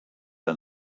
ein